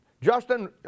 Justin